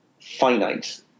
finite